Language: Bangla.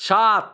সাত